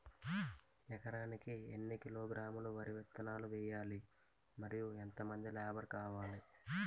ఎకరానికి ఎన్ని కిలోగ్రాములు వరి విత్తనాలు వేయాలి? మరియు ఎంత మంది లేబర్ కావాలి?